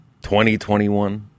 2021